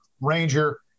Ranger